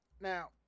Now